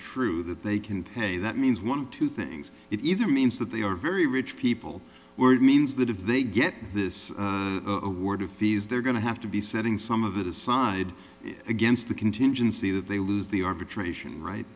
true that they can pay that means one two things it either means that they are very rich people word means that if they get this award of fees they're going to have to be setting some of it aside against the contingency that they lose the arbitration right